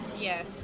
Yes